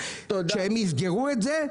כשהם יסגרו את זה,